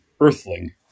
earthling